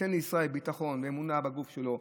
ייתן לישראל ביטחון ואמונה בגוף שלו,